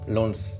Loans